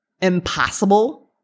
impossible